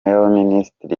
y’abaminisitiri